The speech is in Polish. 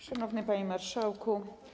Szanowny Panie Marszałku!